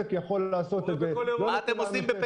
זה בדיוק מה שאמרנו.